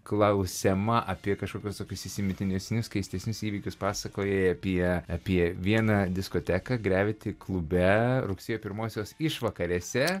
klausiama apie kažkokius tokius įsimintinesnius keistesnius įvykius pasakojai apie apie vieną diskoteką greviti klube rugsėjo pirmosios išvakarėse